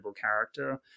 character